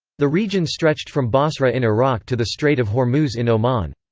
the region stretched from basra in iraq to the strait of hormuz in oman.